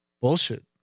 Bullshit